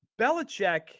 Belichick